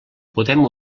podem